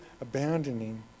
abandoning